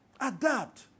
Adapt